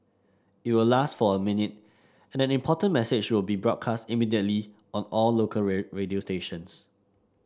it will last for a minute and an important message will be broadcast immediately on all local radio stations